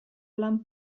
lan